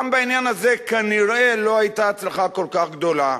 גם בעניין הזה כנראה לא היתה הצלחה כל כך גדולה,